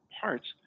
parts